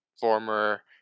former